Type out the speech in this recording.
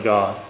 God